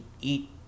eat